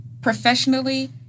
Professionally